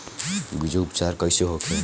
बीजो उपचार कईसे होखे?